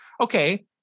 Okay